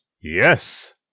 Yes